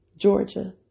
Georgia